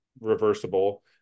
reversible